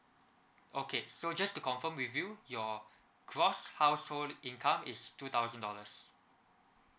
okay so just to confirm with you your gross household income is two thousand dollars